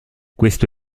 questo